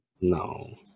No